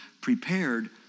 prepared